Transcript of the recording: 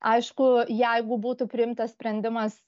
aišku jeigu būtų priimtas sprendimas